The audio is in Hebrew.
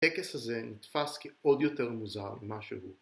הטקס הזה נתפס כי עוד יותר מוזר ממה שהוא